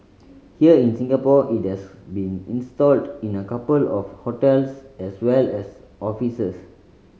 here in Singapore it has been installed in a couple of hotels as well as offices